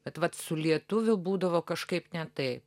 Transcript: bet vat su lietuvių būdavo kažkaip ne tai